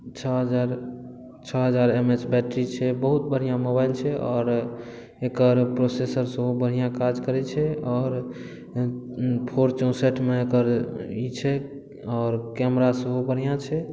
छओ हजार छओ हजार एम एच बैटरी छै बहुत बढ़िआँ मोबाइल छै आओर एकर प्रोसेसर सेहो बढ़िआँ काज करै छै आओर फोर चौंसठमे एकर ई छै आओर कैमरा सेहो बढ़िआँ छै